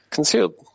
Concealed